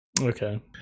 Okay